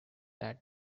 that